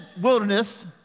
wilderness